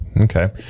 Okay